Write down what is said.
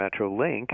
MetroLink